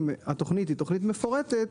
אם התוכנית היא תוכנית מפורטת,